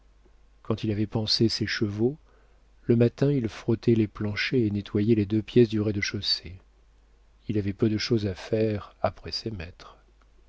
quand il avait pansé ses chevaux le matin il frottait les planchers et nettoyait les deux pièces du rez-de-chaussée il avait peu de chose à faire après ses maîtres